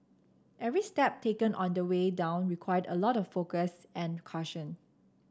every step taken on the way down required a lot of focus and caution